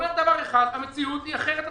אומר דבר אחד המציאות היא אחרת לחלוטין.